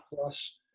plus